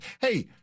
Hey